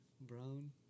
brown